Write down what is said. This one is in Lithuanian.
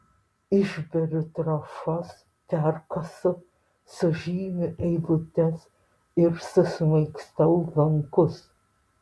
išberiu trąšas perkasu sužymiu eilutes ir susmaigstau lankus